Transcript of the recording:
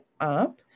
up